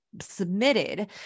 submitted